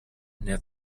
nel